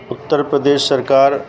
उत्तर प्रदेश सरकारि